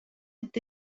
est